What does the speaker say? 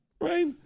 right